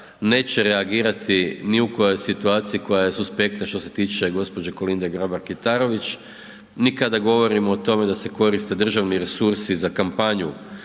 neće reagirati ni u kojoj situaciji koja je suspektna što se tiče gđe. Kolinde Grabar Kitarović ni kada govorimo o tome da se koriste državni resursi za kampanju